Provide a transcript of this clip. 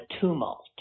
tumult